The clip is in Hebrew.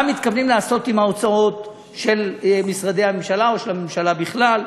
מה מתכוונים לעשות עם ההוצאות של משרדי הממשלה או של הממשלה בכלל.